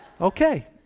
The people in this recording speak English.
Okay